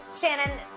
Shannon